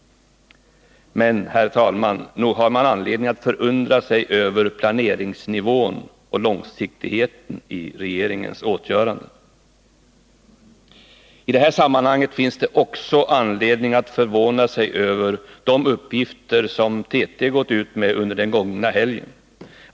Men, herr talman, nog har man anledning att förundra sig över planeringsnivån och långsiktigheten i regeringens åtgöranden. I det sammanhanget finns det också anledning att förvåna sig över de uppgifter som TT gått ut med under den gångna helgen.